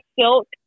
silk